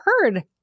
heard